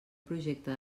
projecte